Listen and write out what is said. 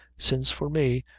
since, for me,